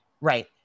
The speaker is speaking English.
Right